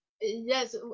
yes